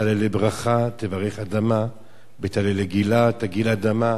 בטללי ברכה תברך אדמה / בטללי גילה תגיל אדמה",